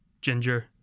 ginger